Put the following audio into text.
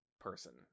person